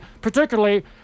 particularly